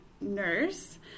nurse